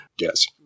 Yes